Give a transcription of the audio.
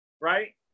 right